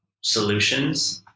solutions